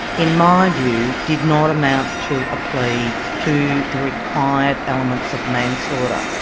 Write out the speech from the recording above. in my view, did not amount to a plea to the required elements of manslaughter,